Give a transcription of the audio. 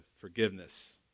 forgiveness